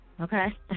okay